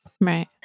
Right